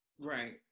Right